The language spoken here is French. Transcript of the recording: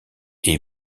est